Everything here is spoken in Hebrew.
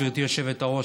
גברתי היושבת-ראש,